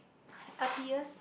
happiest